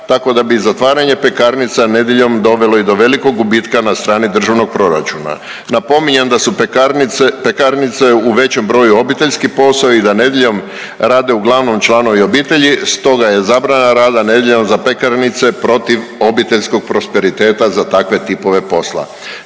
tako da bi zatvaranje pekarnica nedjeljom dovelo i do velikog gubitka na strani državnog proračuna. Napominjem da su pekarnice, pekarnice u većem broju obiteljski posao i da nedjeljom rade uglavnom članovi obitelji. Stoga je zabrana rada nedjeljom za pekarnice protiv obiteljskog prosperiteta za takve tipove posla.